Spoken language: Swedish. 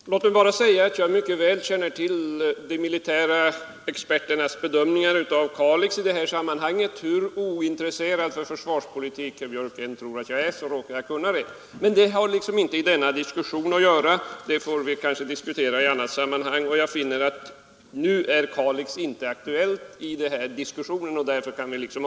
Fru talman! Låt mig bara säga att jag mycket väl känner till de militära experternas bedömning av Kalix i detta sammanhang. Hur ointresserad av försvarspolitik herr Björck i Nässjö än tror att jag är, råkar jag veta det. Men det hör inte hemma i denna diskussion utan får tas upp i annat sammanhang. Jag konstaterar att Kalix inte nu är aktuellt i denna diskussion och därför kan avföras från den.